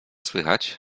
słychać